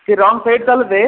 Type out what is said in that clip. ती wrong side चालत आहे